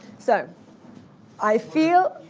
so i feel